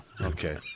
Okay